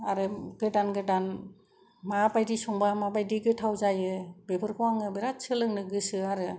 आरो गोदान गोदान माबायदि संबा माबायदि गोथाव जायो बेफोरखौ आङो बेराद सोलोंनो गोसो आरो